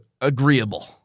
agreeable